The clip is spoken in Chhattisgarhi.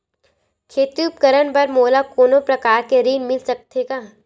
खेती उपकरण बर मोला कोनो प्रकार के ऋण मिल सकथे का?